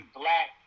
black